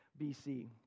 BC